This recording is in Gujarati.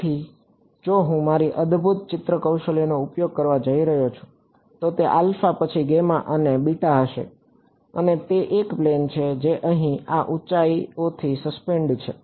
તેથી જો હું મારી અદભૂત ચિત્ર કૌશલ્યનો ઉપયોગ કરવા જઈ રહ્યો છું તો તે આલ્ફા પછી ગામા અને બીટા હશે અને તે એક પ્લેન છે જે અહીં આ ઊંચાઈઓથી સસ્પેન્ડેડ છે